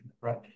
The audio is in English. right